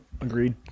agreed